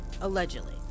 allegedly